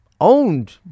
owned